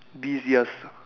bees yes